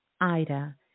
Ida